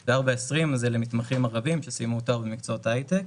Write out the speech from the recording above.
נמוך; 4.20 זה למתמחים ערביים שסיימו תואר במקצועות ההייטק.